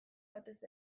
batez